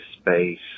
space